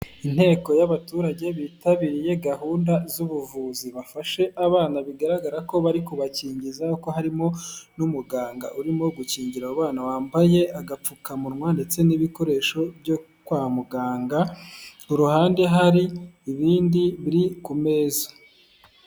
Inteko y'abaturage bitabiriye gahunda z'ubuvuzi, bafashe abana bigaragara ko bari kubakingiza ko harimo n'umuganga urimo gukingira abana wambaye agapfukamunwa ndetse n'ibikoresho byo kwa muganga, ku ruhande hari ibindi biri ku meza.